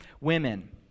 women